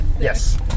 yes